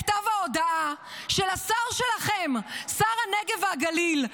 זה כתב ההודאה של השר שלכם, שר הנגב והגליל.